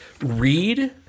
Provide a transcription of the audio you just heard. read